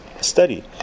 study